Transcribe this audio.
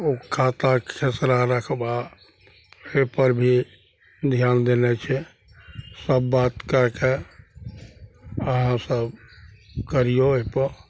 ओ खाता खेसरा रकबा से पर भी ध्यान देने छै सब बात कएकए अहाँ सब करियौ अइपर